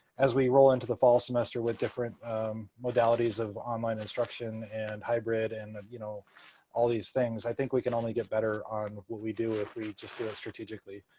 as we roll into the fall semester with different modalities of online instruction and hybrid and you know all these things, i think we can only get better on what we do if we just do it strategically.